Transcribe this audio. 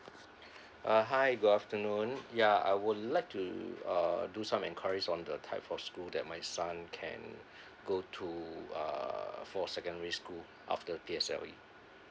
uh hi good afternoon ya I would like to uh do some enquiries on the type of school that my son can go to uh for secondary school after P_S_L_E